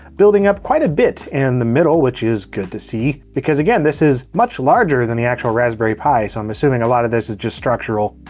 building up quite a bit in the middle, which is good to see. because again, this is much larger than the actual raspberry pi, so i'm assuming a lot of this is just structural.